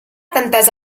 tantes